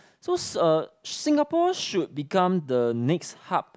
so uh Singapore should become the next hub